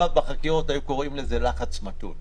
היו קוראים לזה בחקירות "לחץ מתון".